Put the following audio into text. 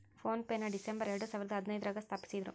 phone ಪೆನ December ಎರಡಸಾವಿರದ ಹದಿನೈದ್ರಾಗ ಸ್ಥಾಪಿಸಿದ್ರು